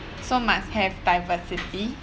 so must have diversity